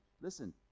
listen